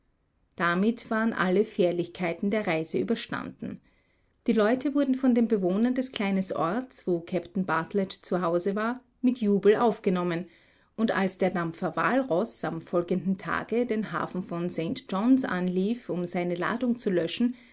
damit waren alle fährlichkeiten der reise überstanden die leute wurden von den bewohnern des kleinen orts wo kapitän bartlett zu hause war mit jubel aufgenommen und als der dampfer walroß am folgenden tage den hafen von st johns anlief um seine ladung zu löschen